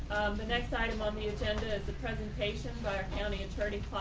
the next item on the agenda is a presentation by our county attorney.